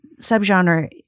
subgenre